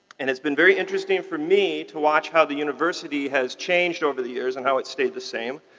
and it's been very interesting for me to watch how the university has changed over the years and how it's stayed the same.